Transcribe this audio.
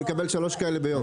אני מקבל שלוש כאלה ביום.